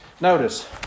Notice